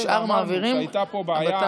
אמרנו שהייתה פה בעיה.